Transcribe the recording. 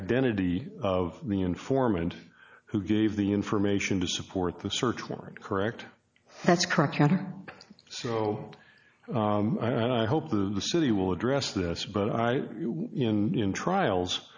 identity of the informant who gave the information to support the search warrant correct that's correct so i hope the city will address this but i in trials